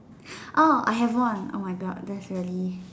orh I have one oh my God that's really